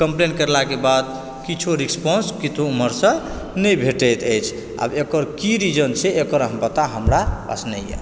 complain करला के बाद किछो रिसपोन्स की तऽ ओमहर सॅं नहि भेटैत अछि आब एकर की रीजन छै एकर पता हमरा पास नहि य